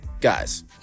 guys